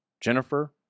Jennifer